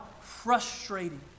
frustrating